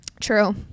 true